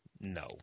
No